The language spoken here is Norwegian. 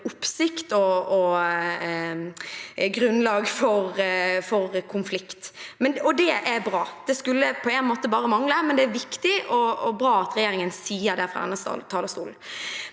oppsikt, og er grunnlag for konflikt. Det er bra. Det skulle på en måte bare mangle, men det er viktig og bra at regjeringen sier det fra denne talerstolen.